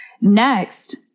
Next